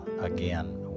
again